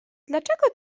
dlaczego